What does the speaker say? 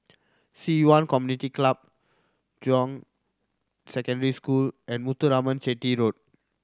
Ci Yuan Community Club John Secondary School and Muthuraman Chetty Road